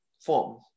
form